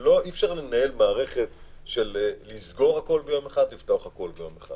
כי אי-אפשר לנהל מערכת של סגירת הכול ביום אחד ופתיחת הכול ביום אחד.